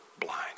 blind